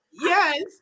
Yes